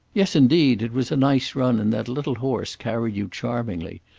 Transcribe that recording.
yes, indeed. it was a nice run, and that little horse carried you charmingly.